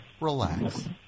relax